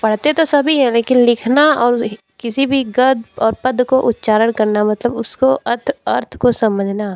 पढ़ते तो सभी है लेकिन लिखना और किसी भी गद और पद को उच्चारण करना मतलब उसको अर्थ अर्थ को समझना